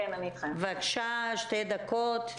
בבקשה, שתי דקות.